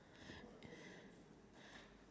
okay listen okay